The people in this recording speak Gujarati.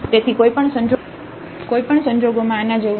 તેથી કોઈ પણ સંજોગોમાં આના જેવું નથી